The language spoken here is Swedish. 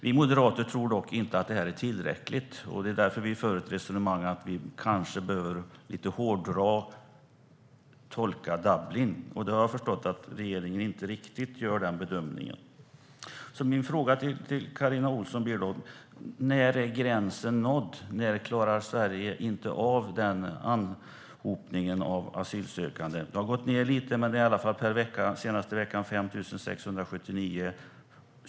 Vi moderater tror dock inte att detta är tillräckligt, och därför för vi ett resonemang om att vi kanske behöver tolka Dublinförordningen lite striktare. Jag har förstått att regeringen inte riktigt gör den bedömningen. Min fråga till Carina Ohlsson blir då: När är gränsen nådd? När klarar Sverige inte av anhopningen av asylsökande? Det har gått ned lite, men den senaste veckan har det i alla fall varit 5 679 personer som kommit.